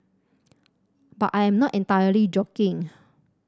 but I am not entirely joking